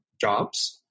jobs